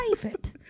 private